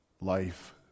life